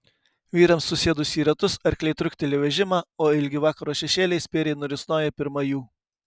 vyrams susėdus į ratus arkliai trukteli vežimą o ilgi vakaro šešėliai spėriai nurisnoja pirma jų